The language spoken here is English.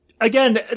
Again